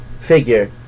figure